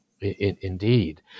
indeed